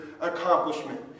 accomplishment